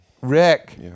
Rick